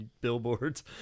billboards